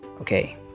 Okay